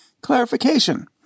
clarification